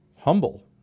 humble